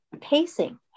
pacing